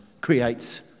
creates